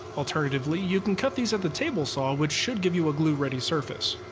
alternatively, you can cut these at the table saw, which should give you a glue-ready surface.